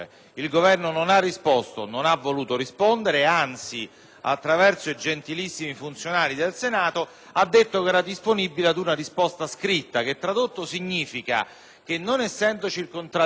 ha detto che era disponibile ad una risposta scritta. Tradotto, ciò significa che, non essendoci contraddittorio, l'unica reazione che può avere colui che ha sottoscritto l'interrogazione è di presentarne una nuova in risposta